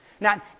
Now